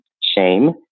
shame